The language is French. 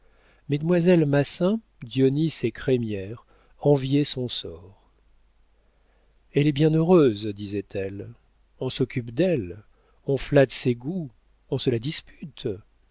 mesdemoiselles massin dionis et crémière enviaient son sort elle est bien heureuse disaient-elles on s'occupe d'elle on flatte ses goûts on se la dispute